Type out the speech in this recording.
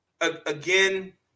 Again